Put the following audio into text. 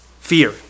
Fear